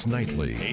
Nightly